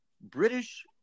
British